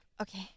Okay